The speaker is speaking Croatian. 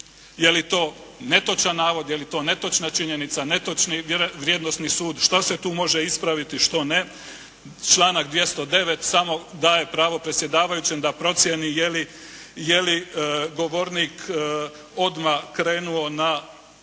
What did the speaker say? je li to netočan navod, je li to netočna činjenica, netočni vrijednosni sud? Što se tu može ispraviti, što ne? Članak 209. samo daje pravo predsjedavajućem da procijeni je li govornik odmah krenuo na